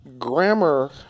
Grammar